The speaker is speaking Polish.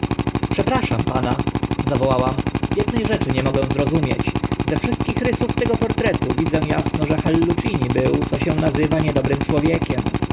przepraszam pana zawołałam edne rzeczy nie mogę zrozumieć ze wszystkich rysów tego portretu widzę asno że hallucini był co się nazywa niedobrym człowiekiem